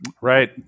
right